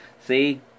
see